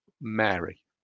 Mary